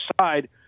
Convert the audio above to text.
side